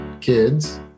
kids